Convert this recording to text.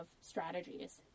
strategies